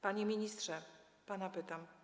Panie ministrze, pana pytam.